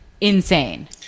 insane